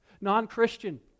Non-Christian